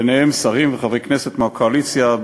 ביניהם שרים וחברי כנסת מהקואליציה,